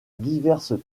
diverses